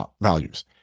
values